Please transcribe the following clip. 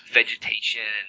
vegetation